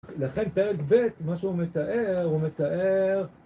לכן פרק ב' משהוא מתאר הוא מתאר...